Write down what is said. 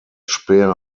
speer